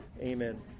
amen